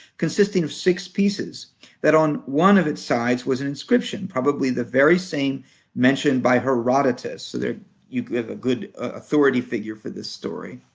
consisting of six pieces that on one of its sides was an inscription, probably the very same mentioned by herodotus, so there you have ah good authority figure for this story.